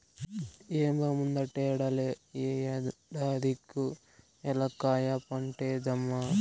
ఏం బా ముందటేడల్లే ఈ ఏడాది కూ ఏలక్కాయ పంటేద్దామా